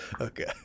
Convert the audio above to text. okay